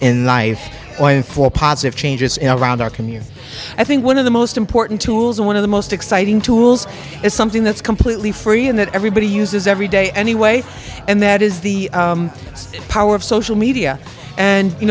point for positive changes in around our community i think one of the most important tools one of the most exciting tools is something that's completely free and that everybody uses every day anyway and that is the power of social media and you